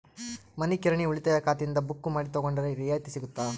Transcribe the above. ಮನಿ ಕಿರಾಣಿ ಉಳಿತಾಯ ಖಾತೆಯಿಂದ ಬುಕ್ಕು ಮಾಡಿ ತಗೊಂಡರೆ ರಿಯಾಯಿತಿ ಸಿಗುತ್ತಾ?